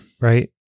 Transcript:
Right